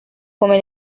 come